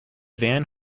van